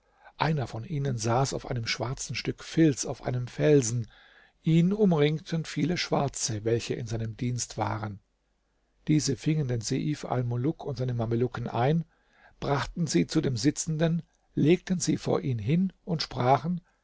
einer von ihnen saß auf einem schwarzen stück filz auf einem felsen ihn umringten viele schwarze welche in seinem dienst waren diese fingen den seif almuluk und seine mamelucken ein brachten sie zu dem sitzenden legten sie vor ihn hin und sprachen